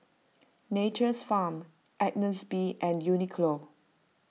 Nature's Farm Agnes B and Uniqlo